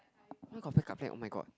why got backup plan oh-my-god